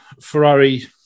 Ferrari